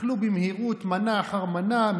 אכלו במהירות מנה אחר מנה,